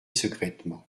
secrètement